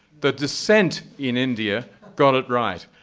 the dissent in india got it right.